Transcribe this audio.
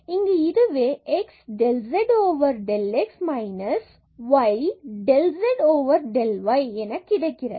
இங்கு இதுவே x del z del x minus y del z del y கிடைக்கிறது